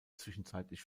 zwischenzeitlich